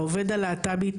לעובד הלהט"בי,